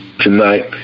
Tonight